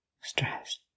stress